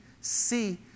See